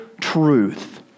truth